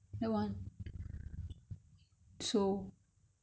so if you can find it then ya you can cook that [one]